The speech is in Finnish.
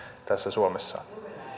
suomessa